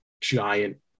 giant